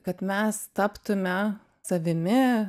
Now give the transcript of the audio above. kad mes taptume savimi